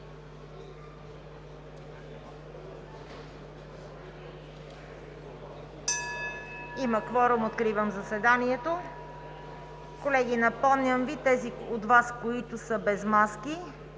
Има кворум. Откривам заседанието. Колеги, напомням Ви – тези от Вас, които са без маски